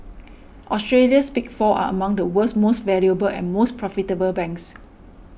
Australia's Big Four are among the world's most valuable and most profitable banks